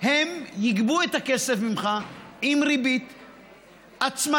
הם יגבו את הכסף ממך עם ריבית, הצמדה,